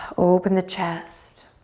open the chest.